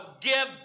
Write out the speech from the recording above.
give